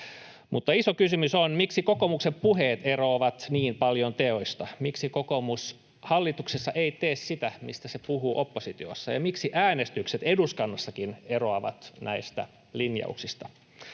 Mutta iso kysymys on, miksi kokoomuksen puheet eroavat niin paljon teoista? Miksi kokoomus hallituksessa ei tee sitä, mistä se puhuu oppositiossa, ja miksi äänestykset eduskunnassakin eroavat näistä linjauksista?